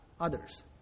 others